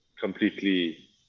completely